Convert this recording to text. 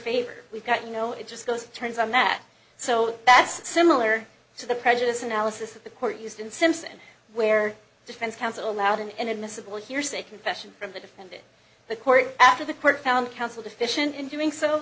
favor we've got you know it just goes turns on that so that's similar to the prejudice analysis of the court used in simpson where defense counsel allowed an inadmissible hearsay confession from the defender the court after the court found counsel deficient in doing so